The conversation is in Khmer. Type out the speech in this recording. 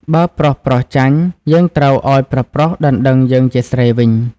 បើប្រុសៗចាញ់យើងត្រូវឲ្យប្រុសៗដណ្តឹងយើងជាស្រីវិញ" ។